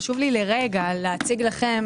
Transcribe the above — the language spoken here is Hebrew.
חשוב לי לרגע להציג לכם,